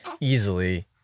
easily